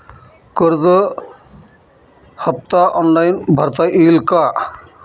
कर्ज हफ्ता ऑनलाईन भरता येईल का?